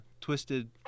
twisted